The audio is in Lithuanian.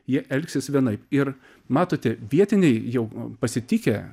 jie elgsis vienaip ir matote vietiniai jau pasitikę